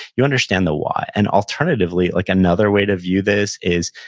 you understand the why, and, alternatively, like another way to view this is